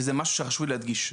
וזה משהו שחשוב לי להדגיש,